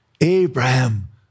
Abraham